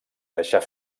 deixar